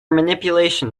manipulation